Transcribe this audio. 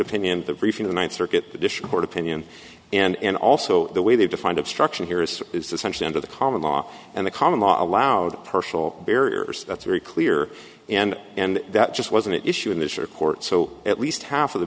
opinion the briefing tonight circuit the dish court opinion and also the way they defined obstruction here is is essential to the common law and the common law allowed partial barriers that's very clear and and that just wasn't an issue in this or court so at least half of the